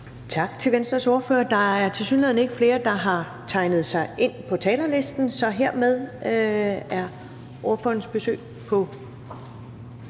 Tak til Venstres ordfører. Der er tilsyneladende ikke flere, der har tegnet sig ind til korte bemærkninger, så hermed er ordførerens besøg på